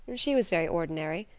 she was very ordinary.